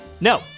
No